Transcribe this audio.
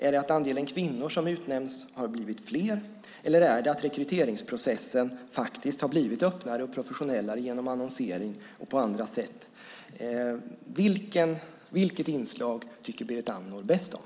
Är det att andelen kvinnor som utnämns har blivit fler? Eller är det att rekryteringsprocessen faktiskt har blivit öppnare och professionellare genom annonsering och annat? Vilket inslag tycker Berit Andnor bäst om?